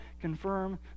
confirm